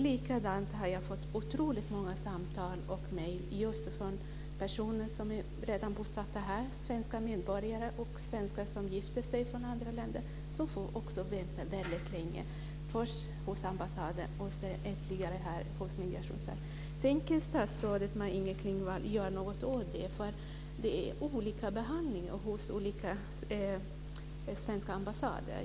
Likadant har jag fått otroligt många samtal och mejl från personer som redan är bosatta här, är svenska medborgare, svenskar som gifter sig med personer från andra länder och som får vänta väldigt länge, först hos ambassaden och sedan ytterligare hos Migrationsverket. Tänker statsrådet Maj-Inger Klingvall göra något åt det? Det är olika behandling hos olika svenska ambassader.